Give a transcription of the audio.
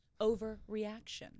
overreaction